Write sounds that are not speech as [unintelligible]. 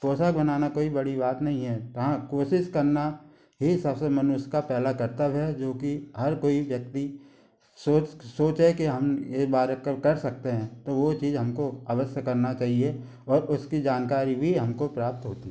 पोशाक बनाना कोई बड़ी बात नहीं है हाँ कोशिश करना ही सफल मनुष्य का पहला कर्तव्य है जो कि हर कोई व्यक्ति सोच सोच है कि हम ये [unintelligible] कर सकते हैं तो वो चीज हमको अवश्य करना चाहिए और उसकी जानकारी भी हमको प्राप्त होती है